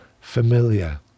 familiar